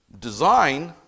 design